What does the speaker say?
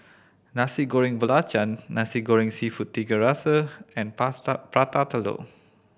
Nasi Goreng Belacan Nasi Goreng Seafood Tiga Rasa and Prata Telur